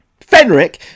Fenric